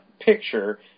picture